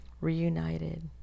reunited